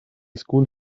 school